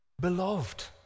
beloved